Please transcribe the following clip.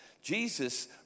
Jesus